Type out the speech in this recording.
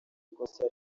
ikosa